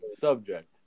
subject